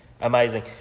Amazing